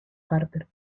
harper